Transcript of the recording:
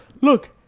Look